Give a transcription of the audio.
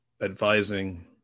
advising